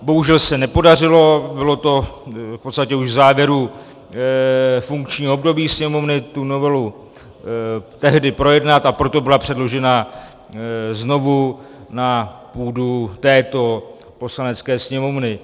Bohužel se nepodařilo, bylo to v podstatě už v závěru funkčního období Sněmovny, tu novelu tehdy projednat, a proto byla předložena znovu na půdu této Poslanecké sněmovny.